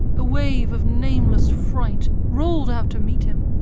a wave of nameless fright rolled out to meet him,